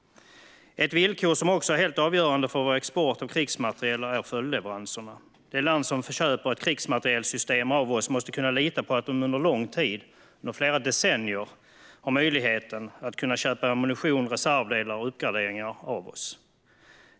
Ett villkor som också är helt avgörande för vår export av krigsmateriel är följdleveranserna. Det land som köper ett krigsmaterielsystem av oss måste kunna lita på att de under lång tid - flera decennier - har möjlighet att köpa ammunition, reservdelar och uppgraderingar av oss.